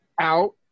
out